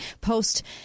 post